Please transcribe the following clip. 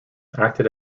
acted